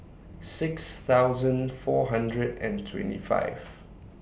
six thousand four hundred and twenty five